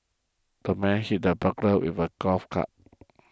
the man hit the burglar with a golf club